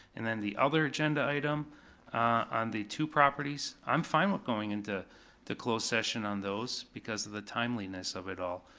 and then the other agenda item on the two properties, i'm fine with going into closed session on those, because of the timeliness of it all.